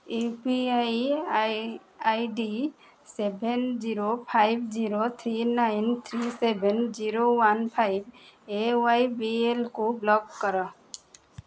you P I I I D seven zero five zero three nine three seven zero one five ଏଆଇବିଏଲ୍କୁ block କର